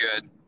good